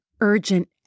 urgent